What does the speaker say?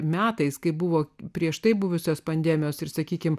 metais kai buvo prieš tai buvusios pandemijos ir sakykime